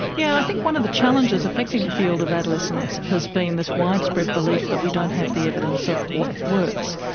yeah i think one of the challenges affecting the field of adolescence has been this widespread belief that we don't have the evidence of what works.